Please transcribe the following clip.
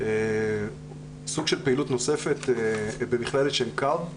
סוג של פעילות נוספת במכללת שנקר.